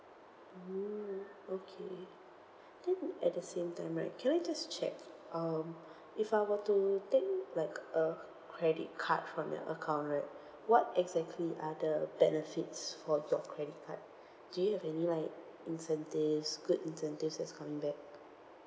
mm okay then at the same time right can I just check um if I were to take like a credit card from your account right what exactly are the benefits for your credit card do you have any like incentives good incentives that's coming back